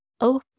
Open